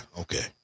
okay